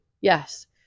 Yes